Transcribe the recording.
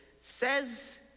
says